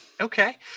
Okay